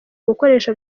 gukoresha